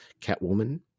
Catwoman